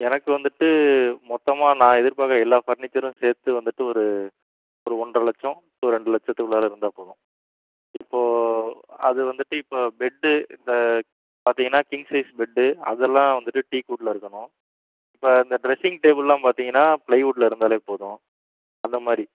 எனக்கு வந்துட்டு மொத்தமாக நான் எதிர்பார்க்கற எல்லாம் ஃபர்னிச்சரும் சேர்த்து வந்துட்டு ஒரு ஒரு ஒன்றரை லட்சம் டு ரெண்டு லட்சத்துக்குள்ளார இருந்தால் போதும் இப்போது அது வந்துட்டு இப்போ பெட்டு இந்த பார்த்தீங்கன்னா கிங் சைஸ் பெட்டு அதெல்லாம் வந்துட்டு டீக்வுட்டில் இருக்கணும் இப்போ அந்த ட்ரெஸ்ஸிங் டேபிள்லாம் பார்த்தீங்கன்னா ப்ளைவுட்டில் இருந்தாலே போதும் அந்த மாதிரி